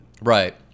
Right